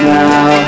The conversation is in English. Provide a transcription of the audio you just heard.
now